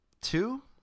two